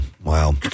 Wow